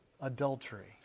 adultery